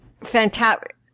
Fantastic